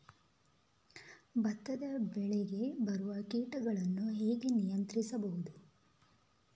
ಭತ್ತದ ಬೆಳೆಗೆ ಬರುವ ಕೀಟಗಳನ್ನು ಹೇಗೆ ನಿಯಂತ್ರಿಸಬಹುದು?